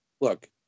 Look